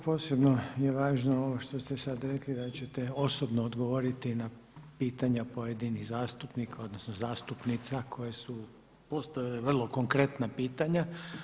Posebno je važno ovo što ste sad rekli da ćete osobno odgovoriti na pitanja pojedinih zastupnika, odnosno zastupnica koje su postavile vrlo konkretna pitanja.